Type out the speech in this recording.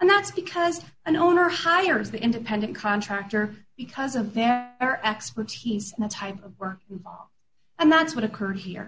and that's because an owner hires the independent contractor because of their our expertise in the type of work and that's what occurred here